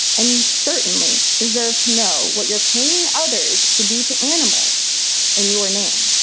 and you certainly deserve to know what you're paying others to do to animals in your name.